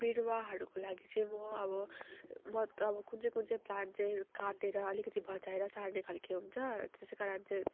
बिरुवाहरूको लागि चाहिँ म अब कुन चाहिँ कुन चाहिँ प्लान्ट चाहिँ काटेर अलिकति भचाएर सार्ने खालको हुन्छ त्यसै करण चाहिँ